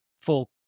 full